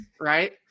right